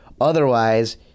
otherwise